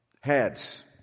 heads